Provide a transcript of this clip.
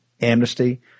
amnesty